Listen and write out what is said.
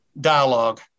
dialogue